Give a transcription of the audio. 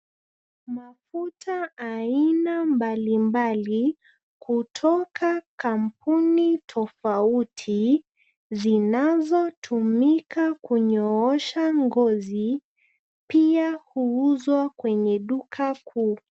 Mafuta aina mbalimbali, kutoka kampuni tofauti, zinazotumika kunyoosha ngozi pia huuzwa kwenye duka kuu.